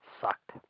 sucked